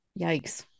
Yikes